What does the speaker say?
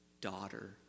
daughter